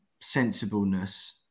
sensibleness